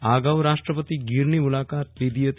આ અગાઉ રાષ્ટ્રપતિ ગીરની મુલાકાત લીધી હતી